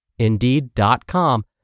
Indeed.com